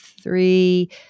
three